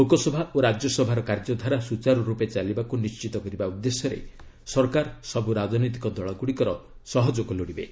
ଲୋକସଭା ଓ ରାଜ୍ୟସଭାର କାର୍ଯ୍ୟଧାରା ସୁଚାରୁର୍ପେ ଚାଲିବାକୁ ନିଶ୍ଚିତ କରିବା ଉଦ୍ଦେଶ୍ୟରେ ସରକାର ସବୁ ରାଜିନତିକ ଦଳଗ୍ରଡ଼ିକର ସହଯୋଗ ଲୋଡ଼ିବେ